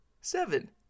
Seven